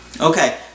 Okay